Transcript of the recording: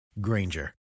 Granger